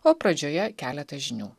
o pradžioje keletas žinių